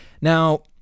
Now